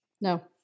no